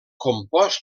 compost